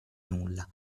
nulla